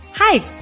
Hi